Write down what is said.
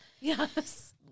Yes